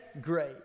great